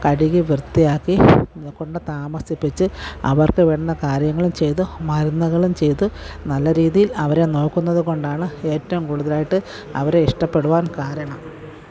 കഴുകി വൃത്തിയാക്കി കൊണ്ടുത്താമസിപ്പിച്ച് അവര്ക്ക് വേണ്ട കാര്യങ്ങളും ചെയ്ത് മരുന്നുകളും ചെയ്ത് നല്ല രീതിയില് അവരെ നോക്കുന്നത് കൊണ്ടാണ് ഏറ്റവും കൂടുതലായിട്ട് അവരെ ഇഷ്ടപ്പെടുവാന് കാരണം